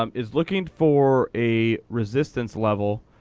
um is looking for a resistance level,